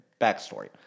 backstory